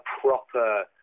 proper